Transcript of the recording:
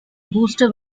booster